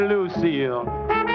Lucille